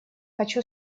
хочу